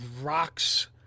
rocks